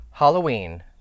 Halloween